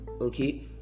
okay